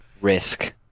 risk